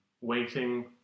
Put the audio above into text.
waiting